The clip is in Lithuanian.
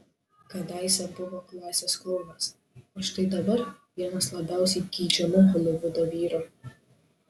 kadaise buvo klasės klounas o štai dabar vienas labiausiai geidžiamų holivudo vyrų